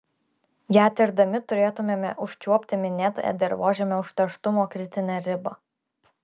ją tirdami turėtumėme užčiuopti minėtąją dirvožemio užterštumo kritinę ribą